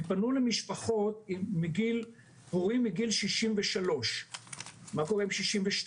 הם פנו למשפחות עם הורים מגיל 63. עכשיו מה קורה עם גיל 62?